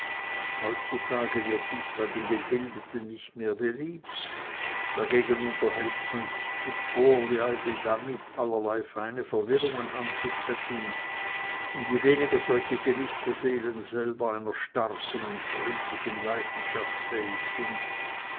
heutzutage wird dies bei den gebildeten nicht mehr beliebt dagegen unterhält man sich mit vorliebe damit allerlei feine verwirrungen anzuzetteln und je weniger solche philisterseelen selber einer starken und gründlichen leidenschaft fähig sind